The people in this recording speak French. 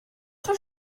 rue